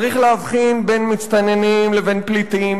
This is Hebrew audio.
צריך להבחין בין מסתננים לבין פליטים,